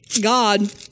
God